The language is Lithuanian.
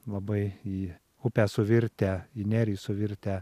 labai į upę suvirtę į nerį suvirtę